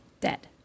dead